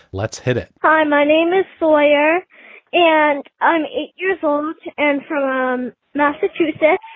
let's hit it hi, my name is soyer and i'm eight years old and from um massachusetts.